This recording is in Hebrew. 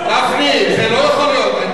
גפני, זה לא יכול להיות.